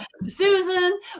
Susan